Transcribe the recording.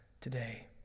today